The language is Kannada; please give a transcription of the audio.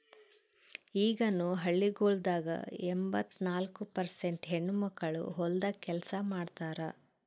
ಈಗನು ಹಳ್ಳಿಗೊಳ್ದಾಗ್ ಎಂಬತ್ತ ನಾಲ್ಕು ಪರ್ಸೇಂಟ್ ಹೆಣ್ಣುಮಕ್ಕಳು ಹೊಲ್ದಾಗ್ ಕೆಲಸ ಮಾಡ್ತಾರ್